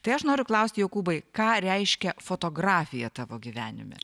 tai aš noriu klausti jokūbai ką reiškia fotografija tavo gyvenime